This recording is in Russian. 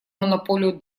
монополию